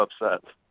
upset